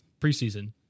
preseason